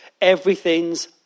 Everything's